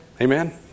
Amen